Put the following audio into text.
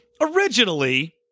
originally